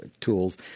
tools